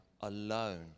alone